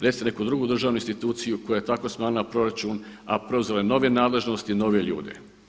Recite neku drugu državnu instituciju koja je tako smanjila proračun, a preuzela je nove nadležnosti, nove ljude.